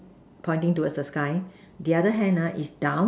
pointing towards the sky the other hand ah is down